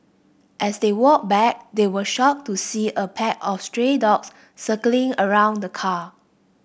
as they walked back they were shocked to see a pack of stray dogs circling around the car